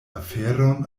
aferon